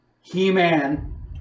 He-Man